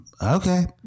Okay